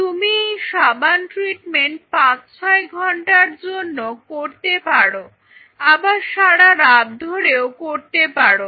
তুমি এই সাবান ট্রিটমেন্ট 5 6 ঘন্টার জন্য করতে পারো আবার সারা রাত ধরেও করতে পারো